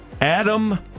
Adam